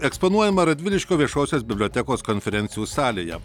eksponuojama radviliškio viešosios bibliotekos konferencijų salėje